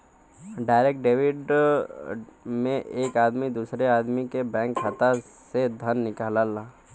direct debit में एक आदमी दूसरे आदमी के बैंक खाता से धन निकालला